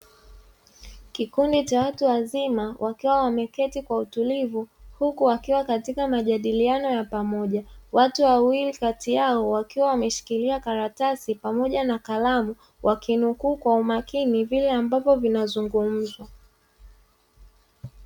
Kikundi cha watu wazima wakiwa wameketi kwa utulivu, huku wakiwa katika majadiliano ya pamoja. Watu wawili kati yao wakiwa wameshikilia karatasi pamoja na kalamu, wakinukuu kwa umakini vile ambavyo vinazungumzwa.